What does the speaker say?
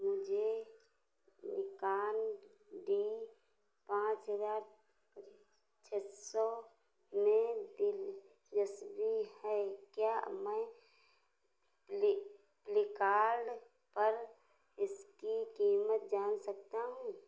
मुझे Nikon D पाँच हज़ार छह सौ में दिलचस्पी है क्या मैं फिल फ्लिपकार्ट पर इसकी कीमत जान सकता हूँ